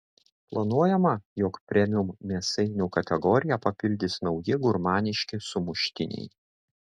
planuojama jog premium mėsainių kategoriją papildys nauji gurmaniški sumuštiniai